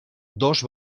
dos